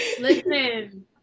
Listen